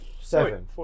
seven